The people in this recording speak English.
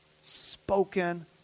spoken